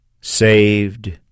saved